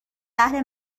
اهل